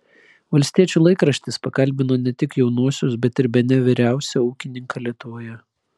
valstiečių laikraštis pakalbino ne tik jaunuosius bet ir bene vyriausią ūkininką lietuvoje